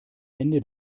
ende